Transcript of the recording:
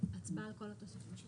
הצבעה על כל התוספות.